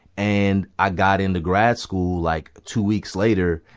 and i got into grad school, like, two weeks later.